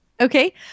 Okay